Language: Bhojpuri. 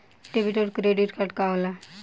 डेबिट और क्रेडिट कार्ड का होला?